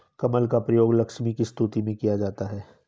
कमल का प्रयोग लक्ष्मी की स्तुति में किया जाता है